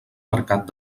mercat